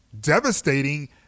devastating